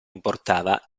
importava